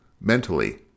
mentally